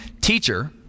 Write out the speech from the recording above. Teacher